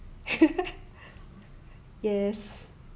yes